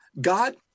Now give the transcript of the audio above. God